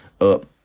up